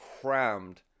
crammed